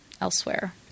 elsewhere